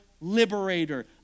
liberator